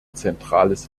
zentrales